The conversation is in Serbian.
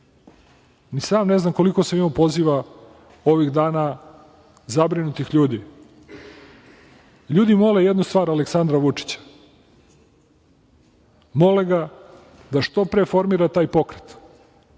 sam ne znam koliko sam imao poziva ovih dana zabrinutih ljudi. Ljudi mole jednu stvar Aleksandra Vučića. Mole ga da što pre formira taj pokret,